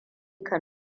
kan